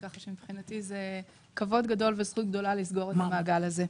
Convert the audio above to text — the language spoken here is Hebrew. כך שמבחינתי זה כבוד גדול וזכות גדולה לסגור את המעגל הזה.